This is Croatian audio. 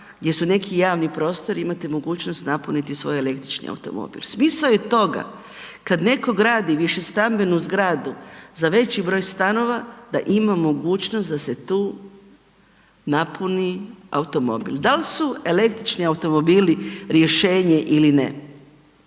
gdje su neki javni prostori imate mogućnost napuniti svoj električni automobil. Smisao je toga kad netko gradi višestambenu zgradu za veći broj stanova, da ima mogućnost da se tu napuni automobil. Da li su električni automobili rješenje ili ne,